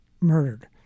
murdered